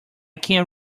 can